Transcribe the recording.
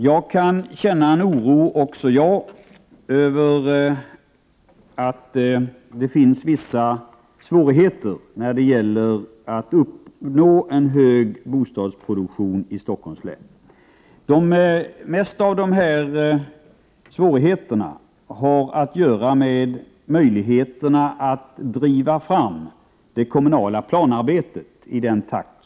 Herr talman! Också jag känner oro för att det finns vissa svårigheter när det gäller att uppnå en hög bostadsproduktion i Stockholms län. De flesta av de här svårigheterna har att göra med möjligheterna att driva på det kommunala planarbetet i erforderlig takt.